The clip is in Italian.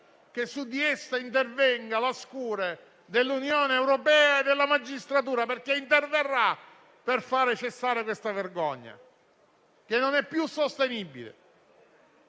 che su di essa intervenga la scure dell'Unione europea e della magistratura, perché interverrà per far cessare questa vergogna che non è più sostenibile.